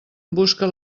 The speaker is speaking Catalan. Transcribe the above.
busca